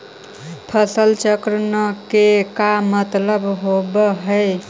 फसल चक्र न के का मतलब होब है?